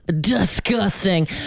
disgusting